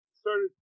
started